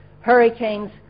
hurricanes